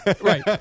right